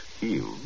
healed